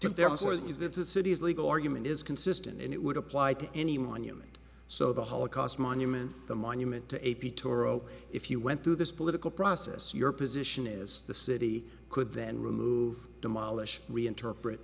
that there was or is that the city's legal argument is consistent and it would apply to any monument so the holocaust monument the monument to a p turo if you went through this political process your position is the city could then remove demolish reinterpret